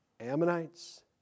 Ammonites